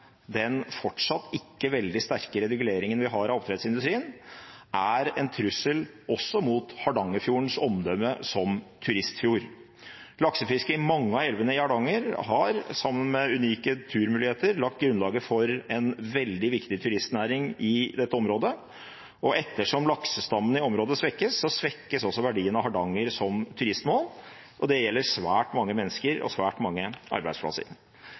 den fortsatt ikke veldig sterke reguleringen vi har av oppdrettsindustrien, er en trussel også mot Hardangerfjordens omdømme som turistfjord. Laksefisket i mange av elvene i Hardanger har sammen med unike turmuligheter lagt grunnlaget for en veldig viktig turistnæring i dette området. Ettersom laksestammen i området svekkes, svekkes også verdien av Hardanger som turistmål, og det gjelder svært mange mennesker og svært mange arbeidsplasser.